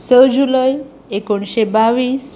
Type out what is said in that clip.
स जुलय एकोणशे बावीस